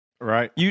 Right